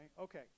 Okay